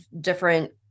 different